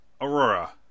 aurora